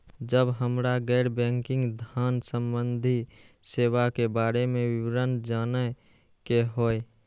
जब हमरा गैर बैंकिंग धान संबंधी सेवा के बारे में विवरण जानय के होय?